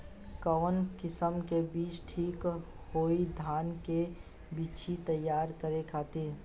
कवन किस्म के बीज ठीक होई धान के बिछी तैयार करे खातिर?